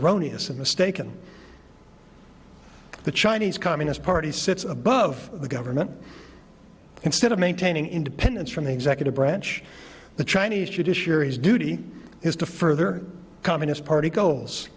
erroneous and mistaken the chinese communist party sits above the government instead of maintaining independence from the executive branch the chinese judiciary is duty is to further communist party goals